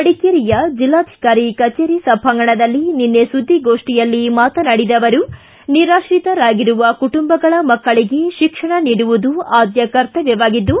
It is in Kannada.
ಮಡಿಕೇರಿಯ ಜಿಲ್ಲಾಧಿಕಾರಿ ಕಚೇರಿ ಸಭಾಂಗಣದಲ್ಲಿ ನಿನ್ನೆ ಸುದ್ದಿಗೋಷ್ಠಿಯಲ್ಲಿ ಮಾತನಾಡಿದ ಅವರು ನಿರಾತ್ರಿತರಾಗಿರುವ ಕುಟುಂಬಗಳ ಮಕ್ಕಳಿಗೆ ಶಿಕ್ಷಣ ನೀಡುವುದು ಆದ್ದ ಕರ್ತಮ್ಮವಾಗಿದ್ದು